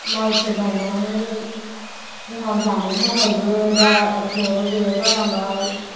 माइखो गाइनानै जोंहा जानो थाखायबो दा अखायाबो गैया जालांबाय